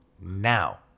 now